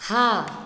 हाँ